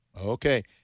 Okay